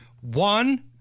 One